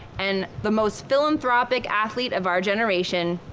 and the most philanthropic athlete of our generation